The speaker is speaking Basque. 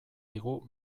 digu